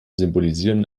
symbolisieren